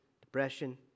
depression